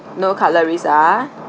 no cutleries ah